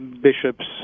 Bishops